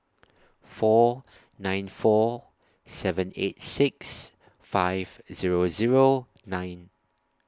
four nine four seven eight six five Zero Zero nine